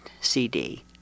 CD